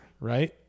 right